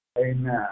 Amen